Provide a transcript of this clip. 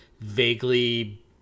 vaguely